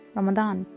ramadan